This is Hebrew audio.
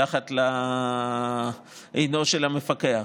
מתחת לעינו של המפקח.